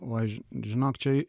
oi žinok čia